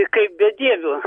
kaip bedieviu